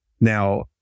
Now